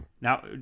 Now